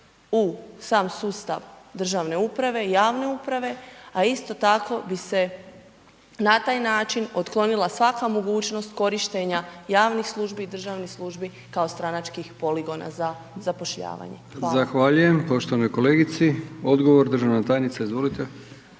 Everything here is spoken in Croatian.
u sam sustav državne uprave, javne uprave, a isto tako, bi se na taj način otklonila svaka mogućnost korištenja javnih službi i državnih službi kao stranačkih poligona za zapošljavanje. Hvala. **Brkić, Milijan (HDZ)** Zahvaljujem poštovanoj kolegici, odgovor državna tajnica, izvolite.